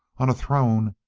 on a throne,